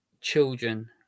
children